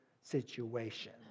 situation